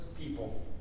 people